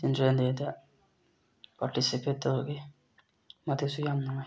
children ꯗꯦꯗꯥ participate ꯇꯧꯔꯛꯏ ꯃꯗꯨꯁꯨ ꯌꯥꯝ ꯅꯨꯡꯉꯥꯏ